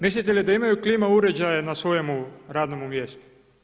Mislite li da imaju klima uređaje na svom radnom mjestu?